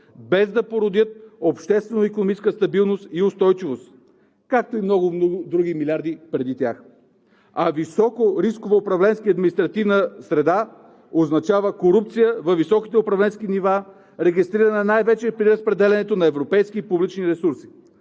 без да породят обществено-икономическа стабилност и устойчивост. Както и много други милиарди преди тях. А високорискова управленска и административна среда означава корупция във високите управленски нива, регистрирана най-вече при разпределянето на европейски публични ресурси.